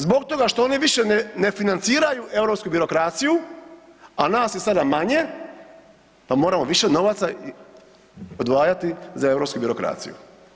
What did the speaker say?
Zbog toga što oni više ne financiraju europsku birokraciju, a nas je sada manje, pa moramo više novaca odvajati za europsku birokraciju.